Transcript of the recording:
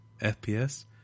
FPS